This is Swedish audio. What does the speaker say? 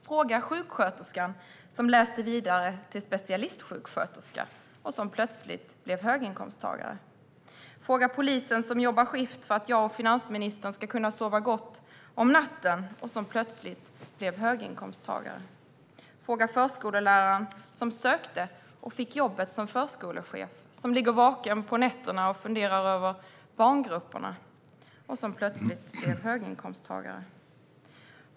Fråga sjuksköterskan som läste vidare till specialistsjuksköterska och som plötsligt blev höginkomsttagare. Fråga polisen som jobbar skift för att jag och finansministern ska kunna sova gott om natten och som plötsligt blev höginkomsttagare. Fråga förskolläraren som sökte och fick jobbet som förskolechef, som ligger vaken på nätterna och funderar över barngrupperna och som plötsligt blev höginkomsttagare.